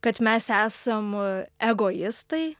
kad mes esam egoistai